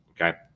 Okay